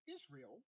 Israel